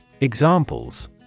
Examples